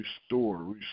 restore